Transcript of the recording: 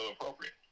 appropriate